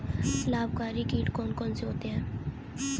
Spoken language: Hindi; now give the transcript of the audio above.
लाभकारी कीट कौन कौन से होते हैं?